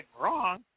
wrong